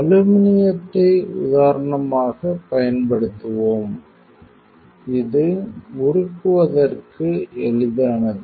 அலுமினியத்தை உதாரணமாகப் பயன்படுத்துவோம் இது உருக்கு வதற்கு எளிதானது